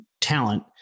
talent